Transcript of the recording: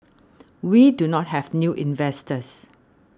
we do not have new investors